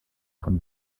von